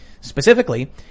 Specifically